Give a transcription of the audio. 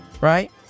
right